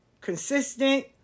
consistent